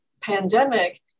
pandemic